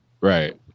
Right